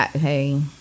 Hey